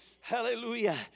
hallelujah